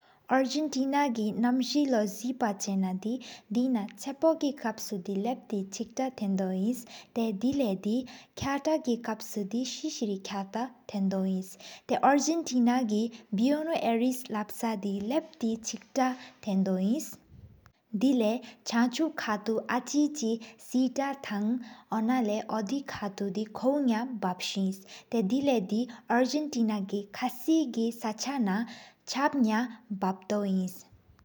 ཨར་ཇེན་ཊི་ནའི་གི་ནམ་ཧེ་ལོ་ཟས་པ་ཅ་ན་དི། དེ་ན་ཆེཔོའི་གི་ཁ་བ་སྐུར་བལྟབ་ཅེག་ཏ། ཐེང་དོ་ཨིན་ཐེས་ལེ་དེ་ལེ་ཁ་ཏ་གི་ཁ་བ་སྐུར། སེ་སེ་རི་ཁ་ཏ་ཐེང་དོ་ཨིན། ཐེས་ཨར་ཇེན་ཊི་ནའི་གི་བེ་ནོ་རིས་ལོ་བ་ཟ་དི། ལོ་བ་ཅེག་ཏ་ཐེང་དོ་ཨིན། དེ་ལེ་ཆང་ཆུ་ཁ་ཐུ་ཨ་ཅི་ཆི། སེ་ཏ་ཐང་ཨོ་ན་ལེ་ཨོ་དི་ཁ་ཐུ་ཁོལ་ལྷོད་ཡ་བབས་སྦེ། ཐེས་དེ་ལེ་དི་ཨར་ཇེན་ཊི་ནའི་གི་ཁ་སི་གི་ས་ཆ། ནང་ལོ་ཆབ་ཡ་བབ་ཏོ་ཨིནས།